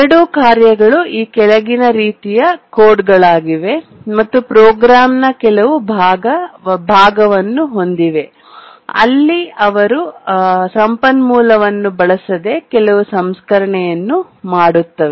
ಎರಡೂ ಕಾರ್ಯಗಳು ಈ ಕೆಳಗಿನ ರೀತಿಯ ಕೋಡ್ಗಳಾಗಿವೆ ಮತ್ತು ಪ್ರೋಗ್ರಾಂನ ಕೆಲವು ಭಾಗವನ್ನು ಹೊಂದಿವೆ ಅಲ್ಲಿ ಅವರು ಸಂಪನ್ಮೂಲವನ್ನು ಬಳಸದೆ ಕೆಲವು ಸಂಸ್ಕರಣೆಯನ್ನು ಮಾಡುತ್ತಾರೆ